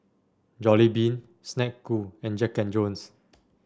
Jollibean Snek Ku and Jack And Jones